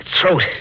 throat